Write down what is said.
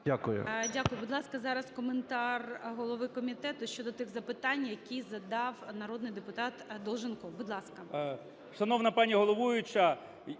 Дякую.